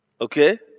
okay